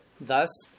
Thus